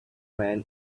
men